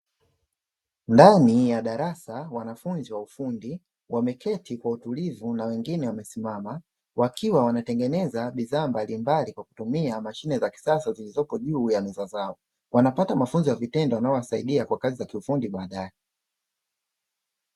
Ndani ya darasa wanafunzi wa ufundi wameketi kwa utulivu na wengine wamesimama, wakiwa wanatengeneza bidhaa mbalimbali kwa kutumia mashine za kisasa zilizopo juu ya meza zao, wanapata mafunzo ya vitendo wanayowasaidia kwa kazi za kiufundi baadaye.